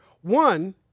One